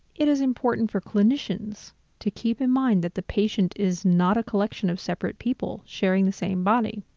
it is important for clinicians to keep in mind that the patient is not a collection of separate people sharing the same body.